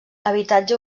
habitatge